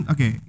Okay